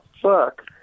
fuck